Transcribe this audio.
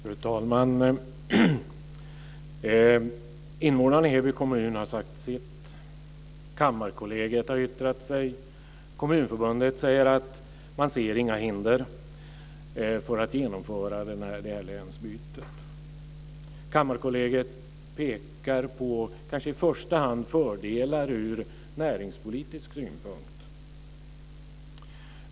Fru talman! Invånarna i Heby kommun har sagt sitt. Kammarkollegiet har yttrat sig. Kommunförbundet säger att man ser inga hinder för att genomföra länsbytet. Kammarkollegiet pekar i första hand på fördelar ur näringspolitisk synpunkt.